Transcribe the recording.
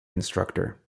instructor